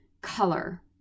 color